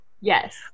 Yes